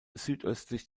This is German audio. südöstlich